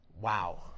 Wow